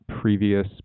previous